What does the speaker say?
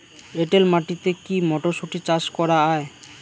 এটেল মাটিতে কী মটরশুটি চাষ করা য়ায়?